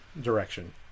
direction